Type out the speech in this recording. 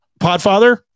Podfather